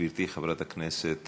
גברתי חברת הכנסת